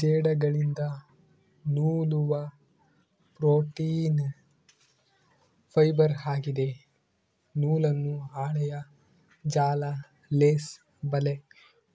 ಜೇಡಗಳಿಂದ ನೂಲುವ protein fibre ಆಗಿದೆ ನೂಲನ್ನು ಹಾಳೆಯ ಜಾಲ ಲೇಸ್ ಬಲೆ